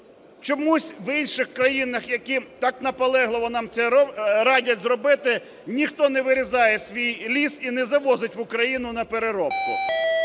Чомусь в інших країнах, які так наполегливо нам це радять зробити, ніхто не вирізає свій ліс і не завозить в Україну на переробку.